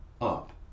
up